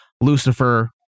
Lucifer